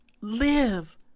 live